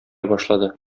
башлады